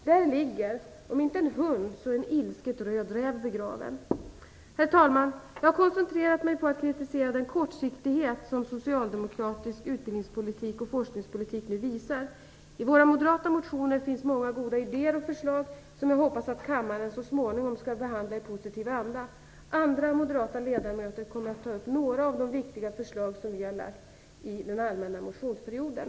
Där ligger om inte en hund, så en ilsket röd räv begraven. Herr talman! Jag har koncentrerat mig på att kritisera den kortsiktighet som socialdemokratisk utbildnings och forskningspolitik nu visar. I våra moderata motioner finns många goda idéer och förslag som jag hoppas att kammaren så småningom skall behandla i positiv anda. Andra moderata ledamöter kommer att ta upp några av de viktiga förslag vi har lagt fram under den allmänna motionstiden.